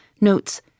notes